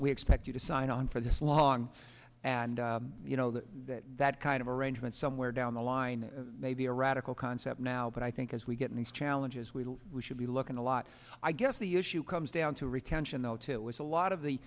we expect you to sign on for this long and you know that that kind of arrangement somewhere down the line may be a radical concept now but i think as we get in these challenges we will we should be looking a lot i guess the issue comes down to recounts in the what it was a lot of the